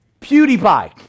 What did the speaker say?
PewDiePie